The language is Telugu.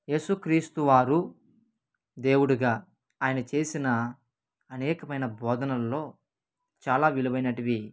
ఏసు క్రీస్తువారు దేవుడుగా ఆయన చేసిన అనేకమైన బోధనల్లో చాలా విలువైనటివి